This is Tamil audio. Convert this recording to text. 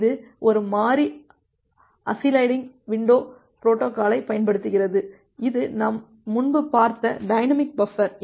இது ஒரு மாறி அசிலைடிங் விண்டோ பொரோட்டோகாலைப் பயன்படுத்துகிறது இது நாம் முன்பு பார்த்த டைனமிக் பஃபர்